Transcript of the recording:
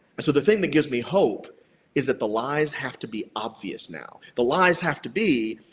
and so the thing that gives me hope is that the lies have to be obvious now. the lies have to be,